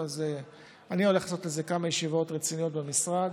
אני הולך לעשות לזה כמה ישיבות רציניות במשרד,